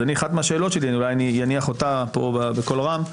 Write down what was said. אז אחת מהשאלות אני אניח אותה פה בקול רם.